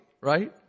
right